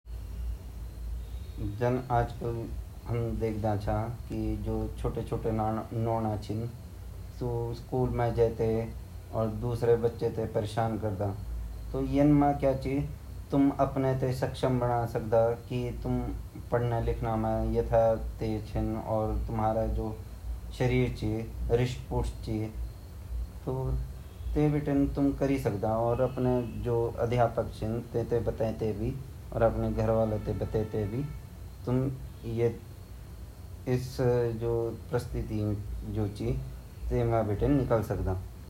जब बच्चा नया नया स्कूल जांद ता लवक भोत उते दरोड लगन बच्चाते इन वॉन्ड चैन की बच्चा ते दान नि चैन्द अगर ज़्यादा दिक्क्त वोन्दि ता उसे निपटा अर अगर नि निपट सकद ता अपरा ऑफिस मा बतावा ऑफिस वाला नी कराला ता अपरा घोर ते बाता, घोर ते बताओल तो योक काम यु भी वे जांदू की हम पोलिसे से भी सपोर्ट ले सकन अर अपूते इथिया सक्षम बडा कि क्वे हमते कुछ यन डरे ही ना सकू।